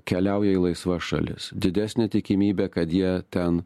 keliauja į laisvas šalis didesnė tikimybė kad jie ten